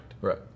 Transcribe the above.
Right